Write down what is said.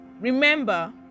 remember